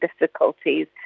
difficulties